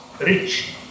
rich